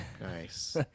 Nice